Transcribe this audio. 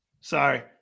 sorry